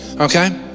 Okay